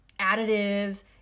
additives